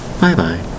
Bye-bye